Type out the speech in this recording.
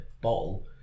bottle